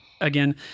again